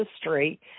history